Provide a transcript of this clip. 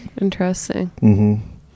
Interesting